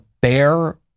bare